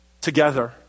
together